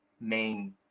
main